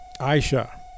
Aisha